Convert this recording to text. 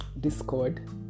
Discord